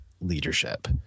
leadership